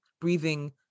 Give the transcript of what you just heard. breathing